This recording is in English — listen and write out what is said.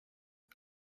are